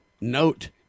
note